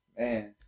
Man